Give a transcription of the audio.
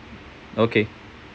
okay